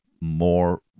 more